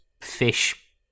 fish